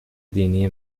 دینی